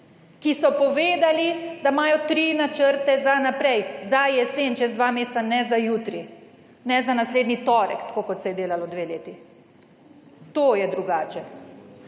Ki so povedali, da imajo tri načrte za naprej, za jesen, čez dva meseca, ne za jutri, ne za naslednji torek, kot se je delalo dve leti. To je drugače.